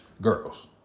Girls